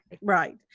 Right